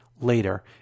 later